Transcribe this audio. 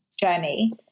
journey